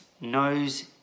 knows